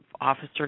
officer